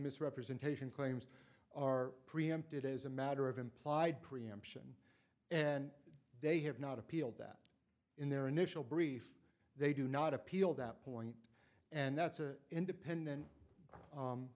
misrepresentation claims are preempted as a matter of implied preemption and they have not appealed that in their initial brief they do not appeal that point and that's an independent